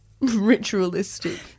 ritualistic